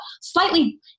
slightly